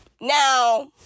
now